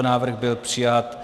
Návrh byl přijat.